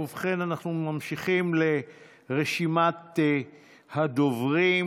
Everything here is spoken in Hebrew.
ובכן, אנחנו ממשיכים ברשימת הדוברים.